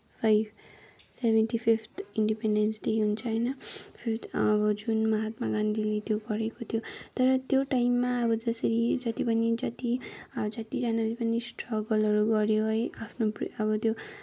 five seventy fifth independence day हुन्छ होइन जुन महात्मा गान्धीले त्यो गरेको थियो तर त्यो टाइममा अब जसरी जति पनि जति जतिजनाले पनि स्ट्रगलहरू गऱ्यो है आफ्नो अब त्यो